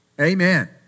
Amen